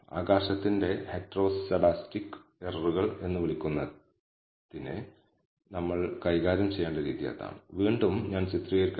അതിനാൽ ഇത് രണ്ട് χ സ്ക്വയറിന്റെ അനുപാതമാണ് രണ്ട് χ സ്ക്വയർലുള്ള വേരിയബിളിന്റെ അനുപാതം പരിശോധിക്കുന്നത് അനുമാനത്തിൽ നമ്മൾ കണ്ടത് ഉചിതമായ ഫ്രീഡമുള്ള ഒരു എഫ് ഡിസ്ട്രിബ്യൂഷനാണ്